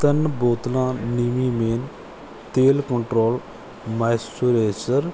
ਤਿੰਨ ਬੋਤਲਾਂ Nivea men ਤੇਲ ਕੰਟਰੋਲ ਮਾਇਸਚਰਾਈਜ਼ਰ